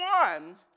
one